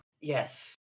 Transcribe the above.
Yes